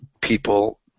people